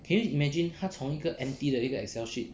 can you imagine 它从一个 empty 的一个 excel sheet